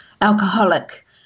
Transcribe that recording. alcoholic